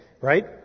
right